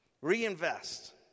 Reinvest